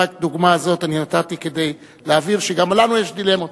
דוגמה זו אני נתתי כדי להבהיר שגם לנו יש דילמות.